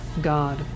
God